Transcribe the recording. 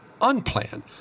unplanned